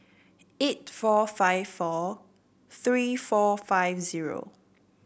eight four five four three four five zero